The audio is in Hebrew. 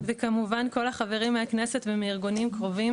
וכמובן כל החברים מהכנסת ומארגונים קרובים.